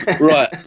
Right